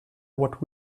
what